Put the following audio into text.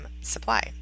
supply